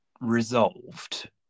resolved